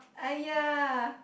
aiya